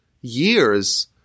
years